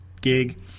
gig